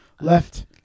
left